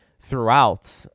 throughout